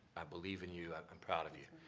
i believe in you. i'm proud of you.